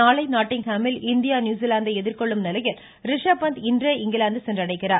நாளை நாட்டிங்ஹாமில் இந்தியா நியூசிலாந்தை எதிர்கொள்ளும் நிலையில் ரிஷப்பாந்த் இன்றே இங்கிலாந்து சென்றடைகிறார்